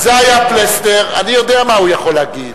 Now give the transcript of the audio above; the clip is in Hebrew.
זה היה פלסנר, אני יודע מה הוא יכול להגיד.